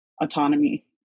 autonomy